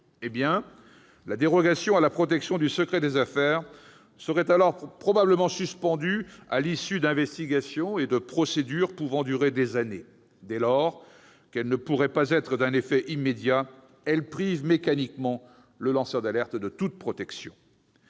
Eh bien, la dérogation à la protection du secret des affaires serait alors probablement suspendue à l'issue d'investigations et de procédures pouvant durer des années. Dès lors qu'elle ne pourrait pas être d'un effet immédiat, elle prive mécaniquement le lanceur d'alerte de toute protection.